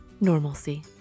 normalcy